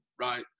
right